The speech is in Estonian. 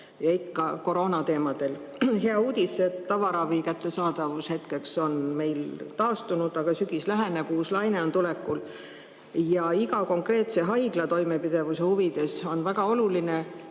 ikka koroonateemadel. Hea uudis on, et tavaravi kättesaadavus hetkeks on meil taastunud. Aga sügis läheneb, uus laine on tulekul. Ja iga konkreetse haigla toimepidevuse huvides on väga oluline,